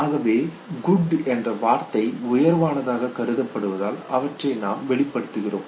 ஆகவே குட் என்ற வார்த்தை உயர்வானதாக கருதப்படுவதால் அவற்றை நாம் வெளிப்படுத்துகிறோம்